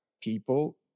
people